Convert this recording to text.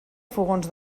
fogons